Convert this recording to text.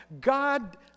God